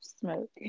Smoke